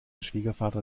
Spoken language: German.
schwiegervater